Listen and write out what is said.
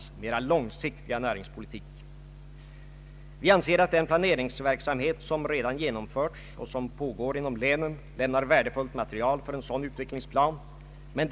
Jag konstaterar att statsrådet Odhnoff i detta sammanhang har en linje för utvecklingen.